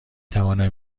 توانم